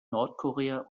nordkorea